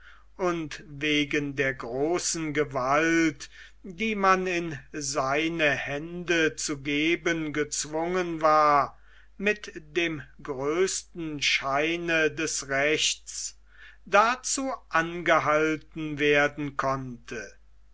und wegen der großen gewalt die man in seine hände zu geben gezwungen war mit dem größten scheine des rechts dazu angehalten werden konnte